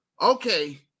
okay